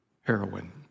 heroin